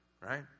right